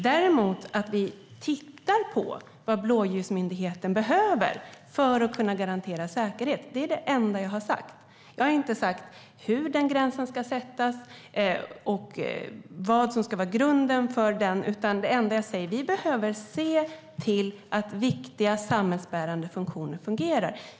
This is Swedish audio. Däremot bör vi titta på vad blåljusmyndigheterna behöver för att kunna garantera säkerhet - det är det enda jag har sagt. Jag har inte sagt hur den gränsen ska sättas eller vad som ska vara grunden för den, utan det enda jag säger är att vi behöver se till att viktiga samhällsbärande funktioner fungerar.